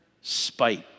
Spite